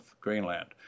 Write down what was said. Greenland